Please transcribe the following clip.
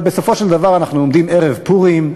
אבל בסופו של דבר אנחנו עומדים ערב פורים,